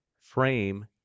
frame